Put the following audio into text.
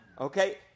Okay